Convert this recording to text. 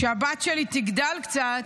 כשהבת שלי תגדל קצת,